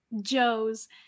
Joe's